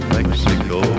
Mexico